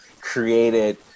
created